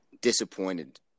disappointed